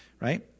Right